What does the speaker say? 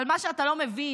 אבל מה שאתה לא מבין,